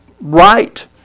right